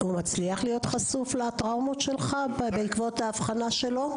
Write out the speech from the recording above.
הוא מצליח להיות חשוף לטראומות שלך בעקבות האבחנה שלו?